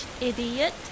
idiot